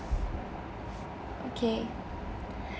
okay